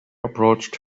approached